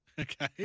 Okay